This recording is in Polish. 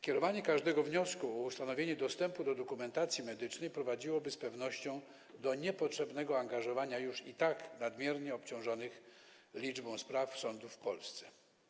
Kierowanie każdego wniosku o ustanowienie dostępu do dokumentacji medycznej prowadziłoby z pewnością do niepotrzebnego angażowania już i tak nadmiernie obciążonych liczbą spraw sądów w Polsce.